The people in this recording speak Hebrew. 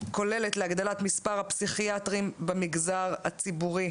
כוללת להגדלת מספר הפסיכיאטרים במגזר הציבורי.